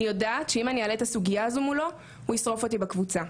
אני יודעת שאם אני אעלה את הסוגיה הזאת מולו הוא ישרוף אותי בקבוצה,